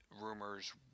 rumors